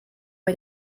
mit